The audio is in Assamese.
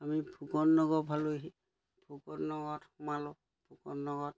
আমি ফুকন নগৰ পালোহি ফুকন নগৰত সোমালোঁ ফুকন নগৰত